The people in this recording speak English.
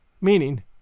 meaning